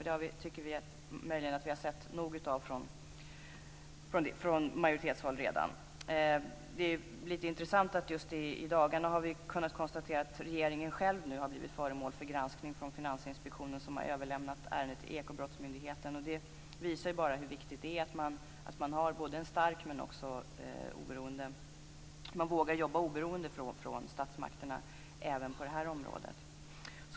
Det tycker vi möjligen att vi har sett nog av från majoritetshåll redan. Det är lite intressant att vi just i dagarna har kunnat konstatera att regeringen själv har blivit föremål för granskning från Finansinspektionen som har överlämnat ärendet till Ekobrottsmyndigheten. Det visar hur viktigt det är att man är stark och vågar jobba oberoende av statsmakterna även på det här området.